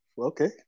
okay